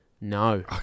no